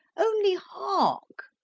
only hark!